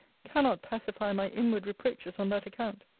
cannot pacify my inward reproaches on that account.